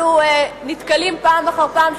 אנחנו נתקלים פעם אחר פעם,